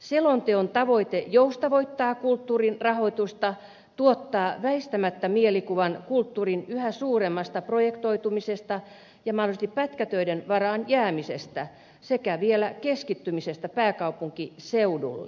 selonteon tavoite joustavoittaa kulttuurin rahoitusta tuottaa väistämättä mielikuvan kulttuurin yhä suuremmasta projektoitumisesta ja mahdollisesti pätkätöiden varaan jäämisestä sekä vielä keskittymisestä pääkaupunkiseudulle